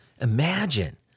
Imagine